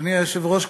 אדוני היושב-ראש,